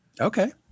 Okay